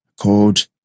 called